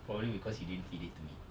probably because you didn't feed it to me